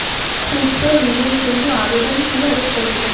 ক্ষুদ্র ঋণের জন্য আবেদন কিভাবে করব?